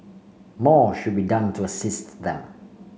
more should be done to assist them